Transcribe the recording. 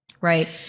right